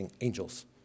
angels